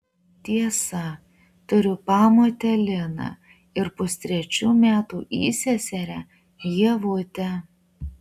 tiesa turiu pamotę liną ir pustrečių metų įseserę ievutę